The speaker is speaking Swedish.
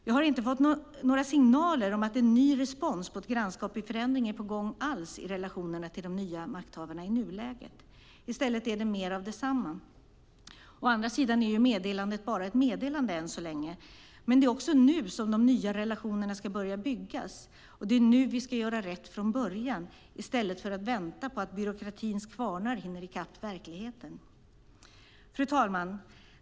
Jag har inte fått några signaler om att en ny respons på ett grannskap i förändring alls är på gång i relationerna till de nya makthavarna i nuläget. I stället är det mer av detsamma. Å andra sidan är ju meddelandet bara ett meddelande än så länge. Men det är också nu som de nya relationerna ska börja byggas. Och det är nu vi ska göra rätt från början i stället för att vänta på att byråkratins kvarnar hinner i kapp verkligheten. Fru talman!